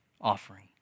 offering